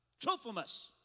Trophimus